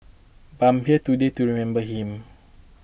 but I'm here today to remember him